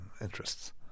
interests